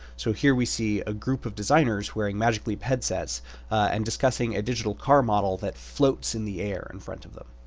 so here we see a group of designers wearing magic leap headsets and discussing a digital car model that floats in the air in front of them.